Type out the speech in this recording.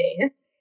days